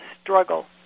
struggle